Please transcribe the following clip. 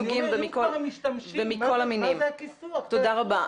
אני אומר אם כבר הם משתמשים --- תודה רבה.